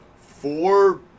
four